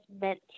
meant